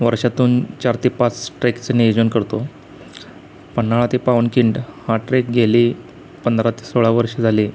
वर्षातून चार ते पाच ट्रेकचं नियोजन करतो पन्हाळा ते पावनखिंड हा ट्रेक गेले पंधरा ते सोळा वर्ष झाली